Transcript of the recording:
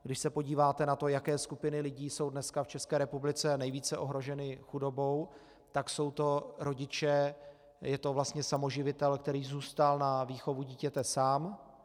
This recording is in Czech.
Když se podíváte na to, jaké skupiny lidí jsou dneska v České republice nejvíce ohroženy chudobou, tak jsou to rodiče, je to vlastně samoživitel, který zůstal na výchovu dítěte sám.